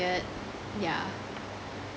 yeah